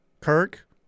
Kirk